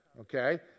Okay